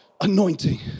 anointing